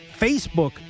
Facebook